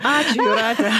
ačiū jūrate